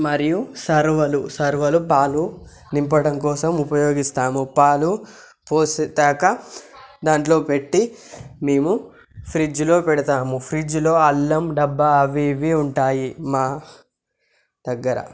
మరియు సర్వలు సర్వలు పాలు నింపడం కోసం ఉపయోగిస్తాము పాలు పోసి దాకా దాంట్లో పెట్టి మేము ఫ్రిడ్జ్లో పెడతాము ఫ్రిడ్జ్లో అల్లం డబ్బా అవి ఇవి ఉంటాయి మా దగ్గర